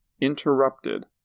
interrupted